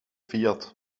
fiat